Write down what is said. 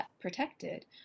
protected